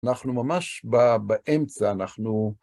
אנחנו ממש באמצע, אנחנו...